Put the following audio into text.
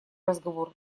разговор